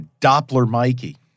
Doppler-Mikey